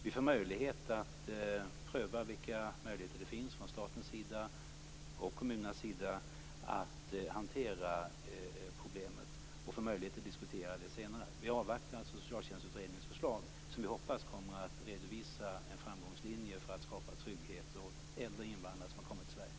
Vi får tillfälle att pröva vilka möjligheter som finns att från statens och kommunernas sida hantera problemet. Dessutom får vi möjlighet att senare diskutera det. Vi avvaktar alltså Socialtjänstutredningens förslag, som vi hoppas kommer att redovisa en framgångslinje för att skapa trygghet åt äldre invandrare som har kommit till Sverige.